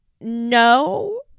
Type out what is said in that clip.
No